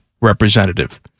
representative